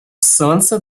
солнце